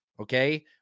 Okay